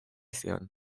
zion